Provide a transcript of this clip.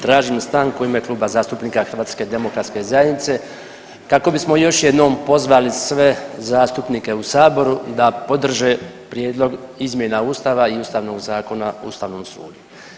Tražim stanku u ime Kluba zastupnika HDZ-a kako bismo još jednom pozvali sve zastupnike u Saboru da podrže prijedlog izmjena Ustava i Ustavnog zakona o Ustavnom sudu.